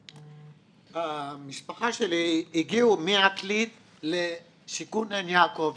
המשפחה שלי הגיעו מעתלית לשיכון עין יעקב,